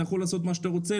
אתה יכול לעשות מה שאתה רוצה,